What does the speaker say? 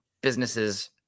businesses